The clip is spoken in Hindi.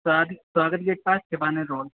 शादी स्वागत के पास छः पानी रोड